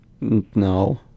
No